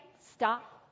stop